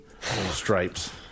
stripes